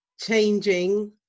changing